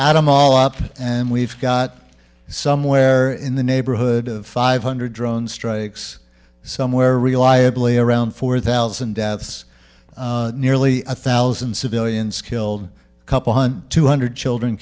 adam all up and we've got somewhere in the neighborhood of five hundred drone strikes somewhere reliably around four thousand deaths nearly a thousand civilians killed couple one two hundred children